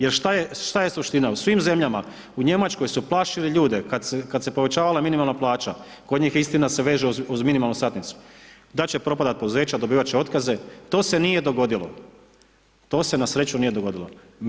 Jer šta je suština, u svim zemljama, u Njemačkoj su plašili ljude kad se povećavala minimalna plaća, kod njih je istina se veže uz minimalnu satnicu, da će propadati poduzeća, dobivati će otkaze to se nije dogodilo, to se na sreći nije dogodilo.